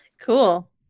Cool